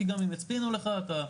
כי גם אם יצפינו לך אתה,